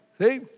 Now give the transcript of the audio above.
See